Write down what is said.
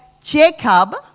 Jacob